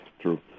true